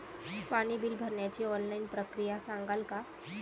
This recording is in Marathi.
पाणी बिल भरण्याची ऑनलाईन प्रक्रिया सांगाल का?